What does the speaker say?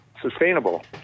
sustainable